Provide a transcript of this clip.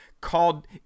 called